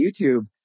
YouTube